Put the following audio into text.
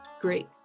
Great